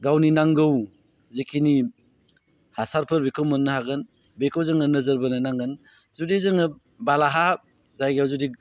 गावनि नांगौ जेखिनि हासारफोर बेखौ मोननो हागोन बेखौ जोङो नोजोर बोनो नांगोन जुदि जोङो बाला हा जायगायाव जुदि